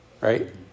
right